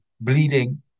bleeding